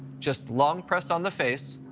just long press on the face,